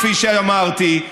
כפי שאמרתי.